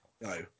No